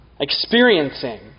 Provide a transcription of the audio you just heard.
Experiencing